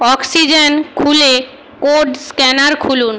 oxygen খুলে code scanner খুলুন